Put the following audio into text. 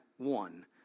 One